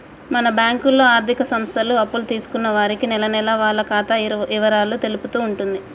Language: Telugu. మన బ్యాంకులో ఆర్థిక సంస్థలు అప్పులు తీసుకున్న వారికి నెలనెలా వాళ్ల ఖాతా ఇవరాలు తెలుపుతూ ఉంటుంది